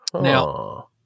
Now